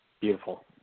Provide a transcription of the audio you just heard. Beautiful